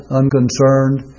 unconcerned